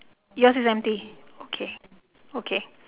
yours is empty okay okay